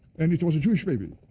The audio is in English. and it was a jewish baby,